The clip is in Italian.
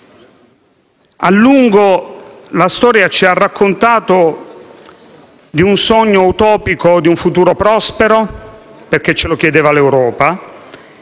La storia ci ha raccontato a lungo di un sogno utopico, di un futuro prospero - perché ce lo chiedeva l'Europa